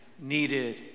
Needed